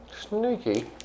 sneaky